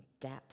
depth